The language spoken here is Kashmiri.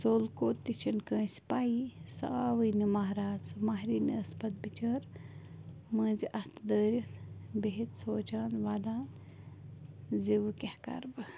ژوٚل کوٚت تہِ چھَنہٕ کٲنٛسہِ پیی سُہ آوٕے نہٕ مہراز مَہرینۍ ٲسۍ پتہٕ بِچٲر مٲنٛزِ اَتھٕ دٲرِتھ بِیٚہتھ سونٛچان وَدان زِ وۄنۍ کیٛاہ کَرٕ بہٕ